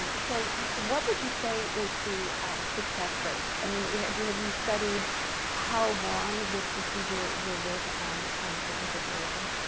so what would you say is the success rate? i mean have you have you studied how long this procedure will work on on a certain situation?